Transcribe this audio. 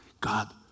God